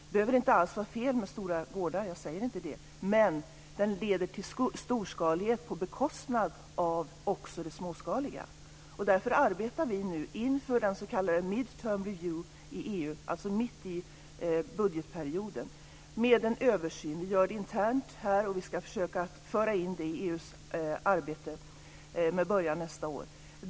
Det behöver inte alls vara fel med stora gårdar. Jag säger inte det, men den leder till storskalighet på bekostnad av det småskaliga. Därför arbetar vi nu inför den s.k. midterm review i EU, dvs. en genomgång mitt i budgetperioden, med en översyn. Vi gör det internt här, och vi ska försöka att föra in det i EU:s arbete med början nästa år.